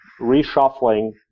reshuffling